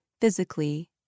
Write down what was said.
physically